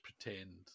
pretend